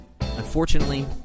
Unfortunately